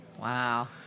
Wow